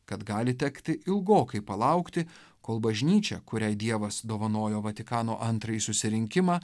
kad gali tekti ilgokai palaukti kol bažnyčia kuriai dievas dovanojo vatikano antrojį susirinkimą